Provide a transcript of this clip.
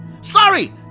Sorry